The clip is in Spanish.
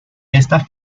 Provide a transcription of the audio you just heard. estas